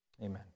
Amen